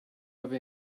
have